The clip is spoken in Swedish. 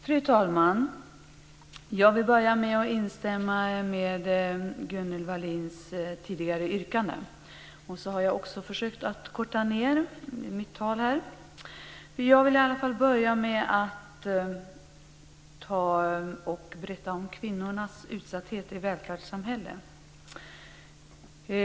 Fru talman! Jag vill börja med att instämma i Jag ska försöka korta ned mitt tal. Jag vill börja med att berätta om kvinnornas utsatthet i välfärdssamhället.